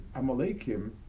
Amalekim